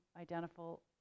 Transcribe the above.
identical